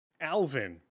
Alvin